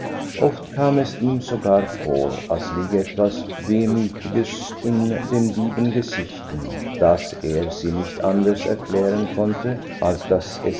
oft kam es ihm sogar vor als liege etwas so wehmütiges in dem lieben gesichtchen das er sich nicht anders erklären konnte als daß